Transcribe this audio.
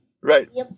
Right